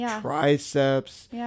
triceps